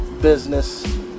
business